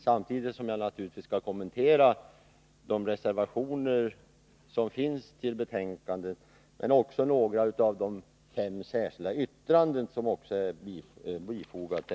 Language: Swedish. Samtidigt skall jag naturligtvis kommentera de reservationer som har fogats till betänkandet samt några av de fem särskilda yttranden som avgivits.